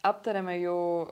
aptarėme jau